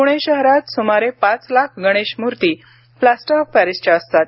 पुणे शहरात सुमारे पाच लाख गणेशमूर्ती प्लास्टर ऑफ पॅरिसच्या असतात